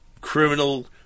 criminal